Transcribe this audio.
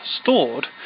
stored